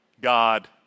God